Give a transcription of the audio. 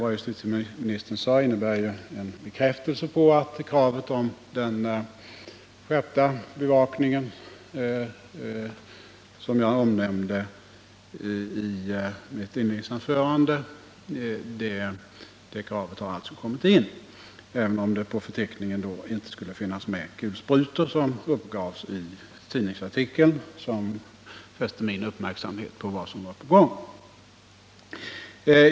Vad justitieministern sade innebär en bekräftelse på att det krav på skärpt bevakning som jag nämnde i mitt inledningsanförande har ställts, även om det i förteckningen över utrustning inte finns med kulsprutor som uppgavs i den tidningsartikel som fäste min uppmärksamhet på vad som är på gång.